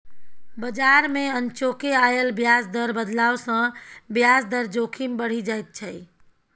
बजार मे अनचोके आयल ब्याज दर बदलाव सँ ब्याज दर जोखिम बढ़ि जाइत छै